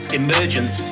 emergence